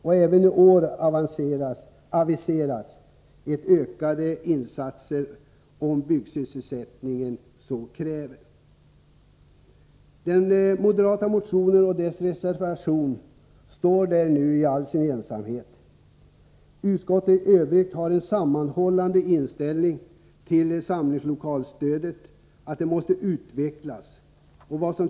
Även i år aviseras ökade insatser om byggsysselsättningen så kräver. Herr talman! Den moderata motionen och reservationen står där i all sin ensamhet. Utskottet i övrigt har den gemensamma inställningen att samlingslokalstödet måste utvecklas.